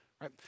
Right